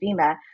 FEMA